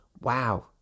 wow